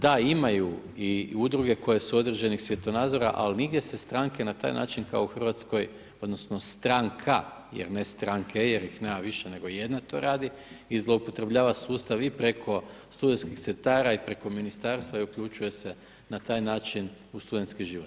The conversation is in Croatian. Da, imaju i udruge koje su određenih svjetonazora ali nigdje se stranke na taj način kao u Hrvatskoj odnosno stranka jer ne stranke jer ih nema više nego jedna to radi i zloupotrebljava sustav i preko studentskih centara i preko ministarstva i uključuje se na taj način u studentski život.